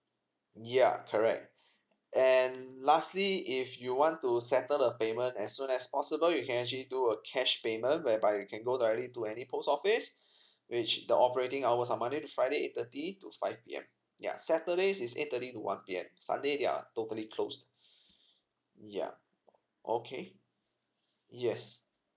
yeah correct and lastly if you want to settle the payment as soon as possible you can actually do a cash payment whereby you can go directly to any post office which the operating hours are monday to friday eight thirty to five P_M yeah saturdays is eight thirty to one P_M sunday they're totally close yeah okay yes